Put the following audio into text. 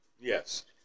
Yes